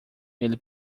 ele